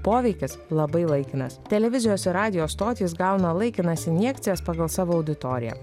poveikis labai laikinas televizijos ir radijo stotys gauna laikinas injekcijas pagal savo auditoriją